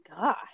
God